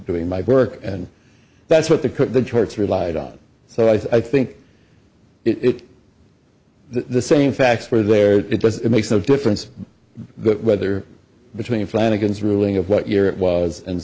doing my work and that's what the church relied on so i think it the same facts were there it was it makes no difference whether between flanagan's ruling of what year it was an